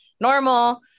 normal